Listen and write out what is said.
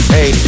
Hey